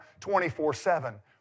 24-7